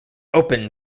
open